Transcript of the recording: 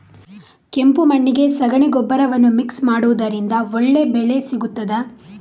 ಕೆಂಪು ಮಣ್ಣಿಗೆ ಸಗಣಿ ಗೊಬ್ಬರವನ್ನು ಮಿಕ್ಸ್ ಮಾಡುವುದರಿಂದ ಒಳ್ಳೆ ಬೆಳೆ ಸಿಗುತ್ತದಾ?